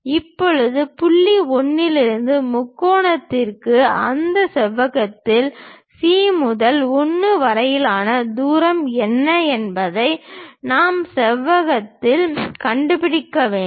இப்போது புள்ளி 1 இலிருந்து முக்கோணத்திற்கு அந்த செவ்வகத்தில் C முதல் 1 வரையிலான தூரம் என்ன என்பதை நாம் செவ்வகத்தில் கண்டுபிடிக்க வேண்டும்